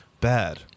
bad